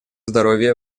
здоровье